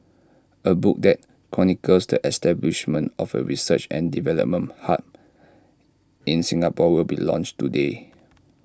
A book that chronicles the establishment of A research and development hub in Singapore will be launched today